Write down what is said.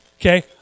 Okay